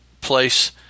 place